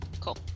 Cool